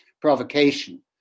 provocation